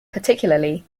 particularly